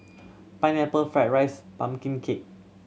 Pineapple Fried rice pumpkin cake